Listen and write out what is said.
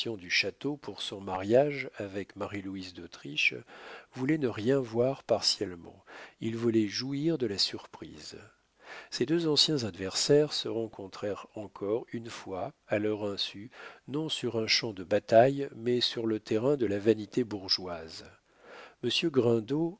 du château pour son mariage avec marie-louise d'autriche voulait ne rien voir partiellement il voulait jouir de la surprise ces deux anciens adversaires se rencontrèrent encore une fois à leur insu non sur un champ de bataille mais sur le terrain de la vanité bourgeoise